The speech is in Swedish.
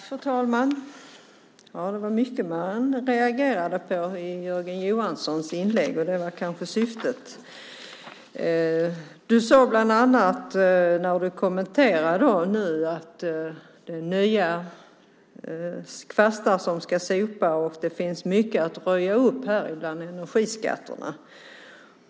Fru talman! Det var mycket jag reagerade på i Jörgen Johanssons inlägg, och det var kanske syftet. Han sade bland annat att nya kvastar ska sopa och att det finns mycket att röja upp bland energiskatterna.